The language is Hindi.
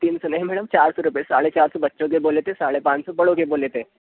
तीन सौ नहीं मैडम चार सौ रुपये साढ़े चार सौ बच्चों के बोले थे साढ़े पाँच सौ बड़ों के बोले थे